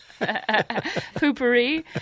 Poopery